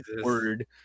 word